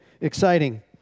exciting